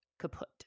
kaput